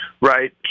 right